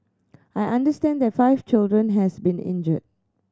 I understand that five children has been injured